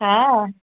हा